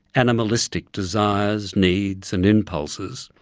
animalistic desires, needs, and impulses.